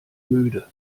müde